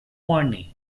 forney